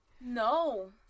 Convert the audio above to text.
no